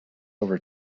over